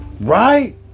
right